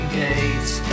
gates